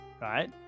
right